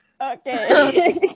Okay